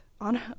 on